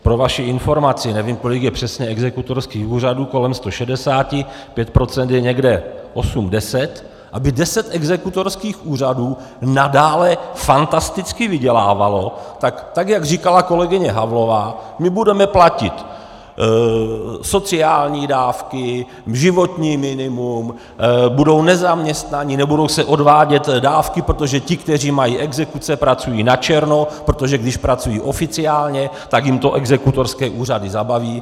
Pro vaši informaci, nevím, kolik je přesně exekutorských úřadů, kolem 160, 5 % je někde osm deset, aby deset exekutorských úřadů nadále fantasticky vydělávalo, tak jak říkala kolegyně Havlová, my budeme platit sociální dávky, životní minimum, budou nezaměstnaní, nebudou se odvádět dávky, protože ti, kteří mají exekuce, pracují načerno, protože když pracují oficiálně, tak jim to exekutorské úřady zabaví.